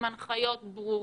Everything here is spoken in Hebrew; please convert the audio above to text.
עם הנחיות ברורות,